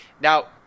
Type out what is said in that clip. Now